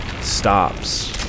stops